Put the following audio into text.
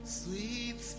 sweet